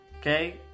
okay